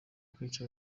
kwica